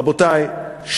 רבותי,